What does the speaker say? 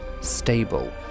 stable